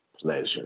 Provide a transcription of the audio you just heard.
pleasure